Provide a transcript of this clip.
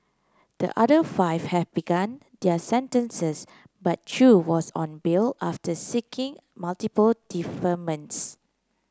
the other five have begun their sentences but Chew was on bail after seeking multiple deferments